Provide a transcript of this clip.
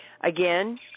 Again